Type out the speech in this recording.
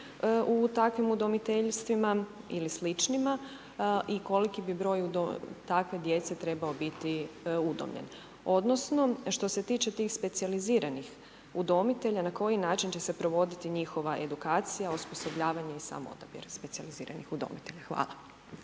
u takvim udomiteljstvima ili sličnima i koliki bi broj takve djece trebao biti udomljen odnosno što se tiče specijaliziranih udomitelja, na koji način će se provoditi njihova edukacija, osposobljavanje i sam odabir specijaliziranih udomitelja. Hvala.